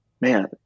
man